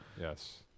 Yes